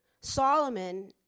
Solomon